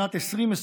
שנת 2021,